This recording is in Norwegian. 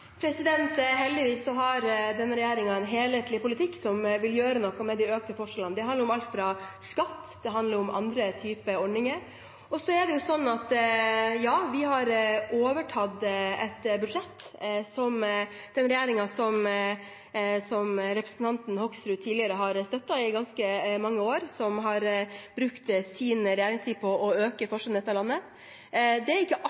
har denne regjeringen en helhetlig politikk som vil gjøre noe med de økte forskjellene. Det handler om alt fra skatt til andre typer ordninger. Så er det slik at vi har overtatt et budsjett etter den regjeringen som representanten Hoksrud tidligere har støttet i ganske mange år, og som har brukt sin regjeringstid på å øke forskjellene i dette landet. Det er ikke